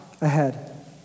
ahead